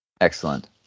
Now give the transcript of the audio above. Excellent